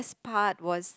part was